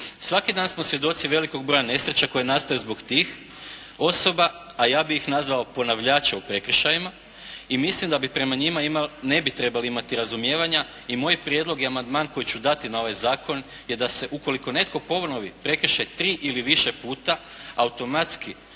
Svaki dan smo svjedoci velikog broja nesreća koje nastaju zbog tih osoba, a ja bi ih nazvao ponavljači u prekršajima i mislim da prema njima ne bi trebali imati razumijevanja i moj prijedlog i amandman koji ću dati na ovaj zakon je da ukoliko netko ponovi prekršaj tri ili više puta automatski